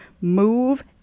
move